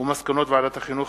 מסקנות ועדת החינוך,